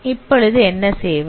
இப்பொழுது என்ன செய்வது